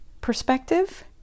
perspective